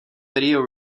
video